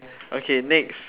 okay next